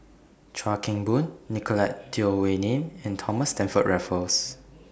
Chuan Keng Boon Nicolette Teo Wei Min and Thomas Stamford Raffles